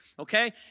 Okay